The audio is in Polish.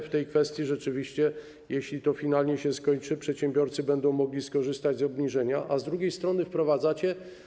W tej kwestii rzeczywiście, jeśli to finalnie się skończy, przedsiębiorcy będą mogli skorzystać z obniżenia, a z drugiej strony wprowadzacie.